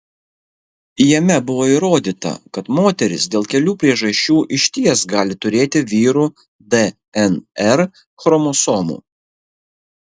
jame buvo įrodyta kad moterys dėl kelių priežasčių išties gali turėti vyrų dnr chromosomų